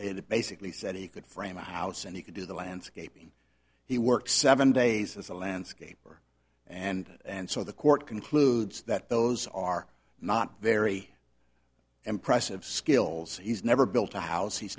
it basically said he could frame a house and he could do the landscaping he work seven days as a landscaper and and so the court concludes that those are not very impressive skills he's never built a house he's